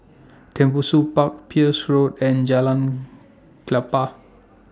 Tembusu Park Peirce Road and Jalan Klapa